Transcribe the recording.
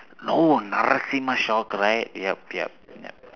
no narasimha shock right yup yup yup